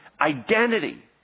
identity